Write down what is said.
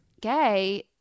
gay